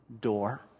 door